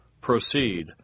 Proceed